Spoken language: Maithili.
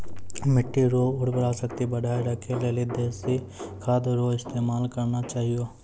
मिट्टी रो उर्वरा शक्ति बढ़ाएं राखै लेली देशी खाद रो इस्तेमाल करना चाहियो